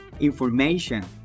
information